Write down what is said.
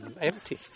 empty